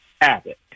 Abbott